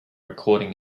recording